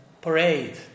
parade